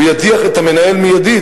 הוא ידיח את המנהל מייד,